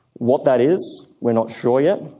what that is we're not sure yet.